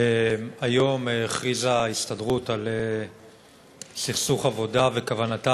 היום הכריזה ההסתדרות על סכסוך עבודה ועל כוונתה